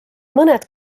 mõned